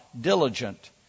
diligent